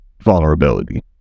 vulnerability